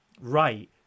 right